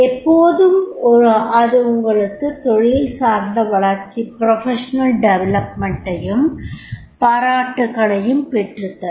எப்போதும் அது உங்களுக்கு தொழில்சார்ந்த வளர்ச்சி யையும் பாராட்டுக்களையும் பெற்றுத்தரும்